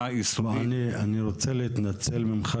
יסודית --- אני רוצה להתנצל בפניך,